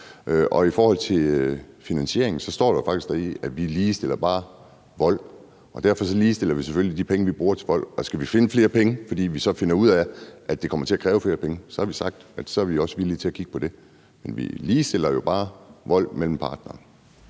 I forhold til finansieringen står der faktisk deri, at vi ligestiller vold bare. Og derfor ligestiller vi selvfølgelig med de penge, vi bruger i forhold til vold, og skal vi finde flere penge, fordi vi så finder ud af, at det kommer til at kræve flere penge, så har vi sagt, at så er vi også villige til at kigge på det. Men vi ligestiller jo bare vold mellem partnere.